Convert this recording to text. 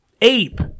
ape